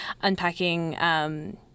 unpacking